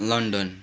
London